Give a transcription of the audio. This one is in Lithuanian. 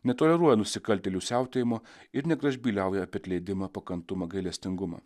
netoleruoja nusikaltėlių siautėjimo ir negražbyliauja apie atleidimą pakantumą gailestingumą